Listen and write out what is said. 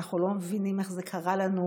אנחנו לא מבינים איך זה קרה לנו,